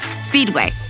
Speedway